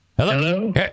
Hello